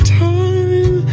time